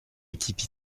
équipe